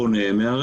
הוא פונה ומערער.